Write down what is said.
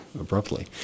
abruptly